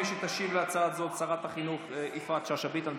מי שתשיב להצעה זו היא שרת החינוך יפעת שאשא ביטון.